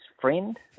friend